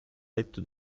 letto